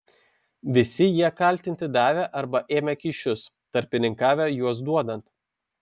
visi jie kaltinti davę arba ėmę kyšius tarpininkavę juos duodant